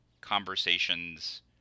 conversations